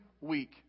week